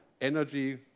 Energy